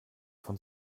von